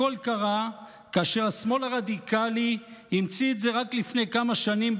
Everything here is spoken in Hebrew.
הכול קרה כאשר השמאל הרדיקלי המציא את זה רק לפני כמה שנים.